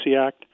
Act